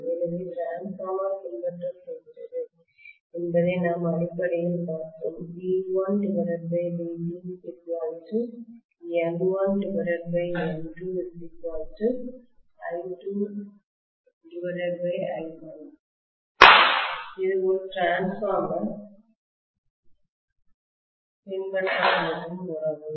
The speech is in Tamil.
எனவே டிரான்ஸ்பார்மர் பின்பற்றப் போகிறது என்பதை நாம் அடிப்படையில் பார்த்தோம் V1V2 N1N2 I2I1 இதுஒரு டிரான்ஸ்பார்மர் பின்பற்றப் போகும்உறவு